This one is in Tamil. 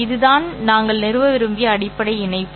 இதுதான் நாங்கள் நிறுவ விரும்பிய அடிப்படை இணைப்பு